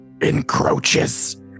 encroaches